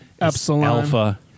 Alpha